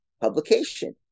publication